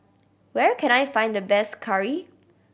where can I find the best curry